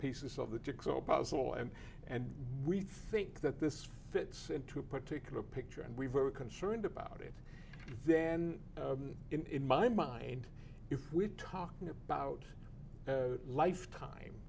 pieces of the jigsaw puzzle and and we think that this fits into a particular picture and we were concerned about it then in my mind if we're talking about lifetime